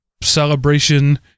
celebration